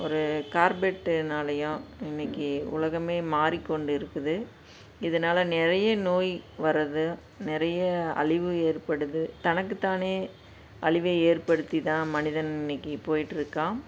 ஒரு கார்பெட்டுனாலேயும் இன்றைக்கி உலகமே மாறிக்கொண்டு இருக்குது இதனால் நிறைய நோய் வருது நிறைய அழிவும் ஏற்படுது தனக்கு தானே அழிவை ஏற்படுத்தி தான் மனிதன் இன்றைக்கி போயிட்டிருக்கான்